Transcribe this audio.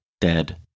dead